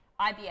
IBS